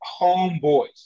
homeboys